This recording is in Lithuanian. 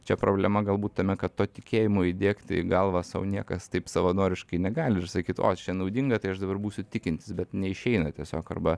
čia problema galbūt tame kad to tikėjimo įdiegti į galvą sau niekas taip savanoriškai negali ir sakyt o čia naudinga tai aš dabar būsiu tikintis bet neišeina tiesiog arba